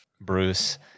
Bruce